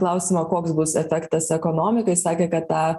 klausimą koks bus efektas ekonomikai sakė kad tą